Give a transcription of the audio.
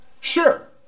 Sure